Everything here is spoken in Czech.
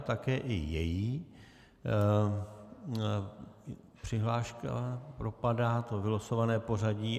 Také její přihláška propadá, to vylosované pořadí.